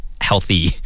healthy